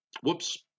whoops